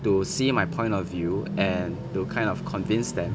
to see my point of view and to kind of convince them